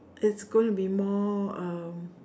it's going to be more um